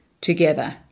together